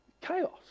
Chaos